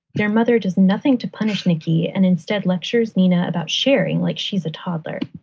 their mother does nothing to punish nikki and instead lectures neenah about sharing like she's a toddler.